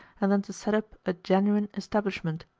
and then to set up a genuine establishment.